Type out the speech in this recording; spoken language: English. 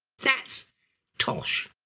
that's tosh